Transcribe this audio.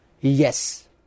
Yes